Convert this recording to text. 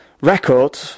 record